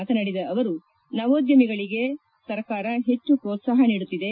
ಮಾತನಾಡಿದ ಅವರು ನವೋದ್ಯಮಿಗಳಿಗೆ ಸರ್ಕಾರ ಹೆಚ್ಚು ಪ್ರೋತ್ಸಾಹ ನೀಡುತ್ತಿದೆ